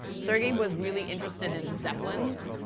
sergey was really interested in zeppelins, you